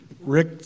Rick